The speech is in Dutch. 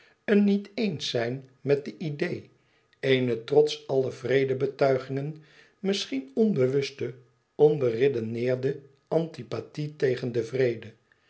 een tegenstand een niet eens zijn met de idee eene trots alle vrede betuigingen misschien onbewuste onberedeneerde antipathie tegen den vrede